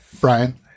Brian